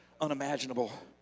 unimaginable